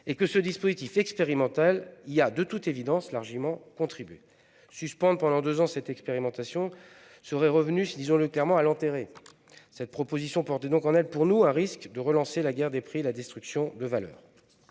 et que ce dispositif expérimental y a, de toute évidence, largement contribué. Suspendre pendant deux ans cette expérimentation serait revenu à l'enterrer. Cette proposition portait donc en elle le risque de relancer la guerre des prix et la destruction de la valeur.